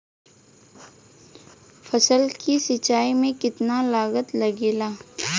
फसल की सिंचाई में कितना लागत लागेला?